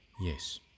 yes